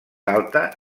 alta